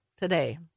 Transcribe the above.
today